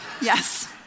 yes